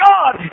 God